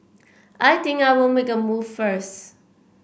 I think I'll make a move first